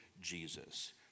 Jesus